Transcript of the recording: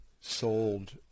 sold